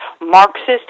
Marxist